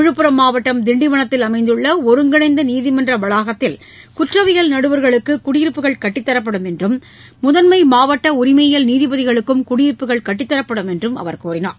விழுப்புரம் மாவட்டம் திண்டிவனத்தில் அமைந்துள்ள ஒருங்கிணைந்த நீதிமன்ற வளாகத்தில் குற்றவியல் நடுவர்களுக்கு குடியிருப்புகள் கட்டித்தரப்படும் என்றும் முதன்மை மாவட்ட உரிமையியல் நீதிபதிகளுக்கும் குடியிருப்புகள் கட்டித்தரப்படும் என்றார்